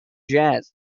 jazz